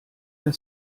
der